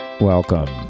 Welcome